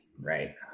right